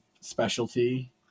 specialty